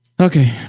Okay